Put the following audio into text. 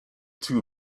two